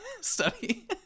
study